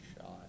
shot